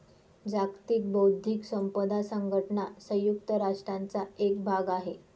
जागतिक बौद्धिक संपदा संघटना संयुक्त राष्ट्रांचा एक भाग आहे